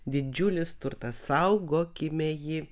didžiulis turtas saugokime jį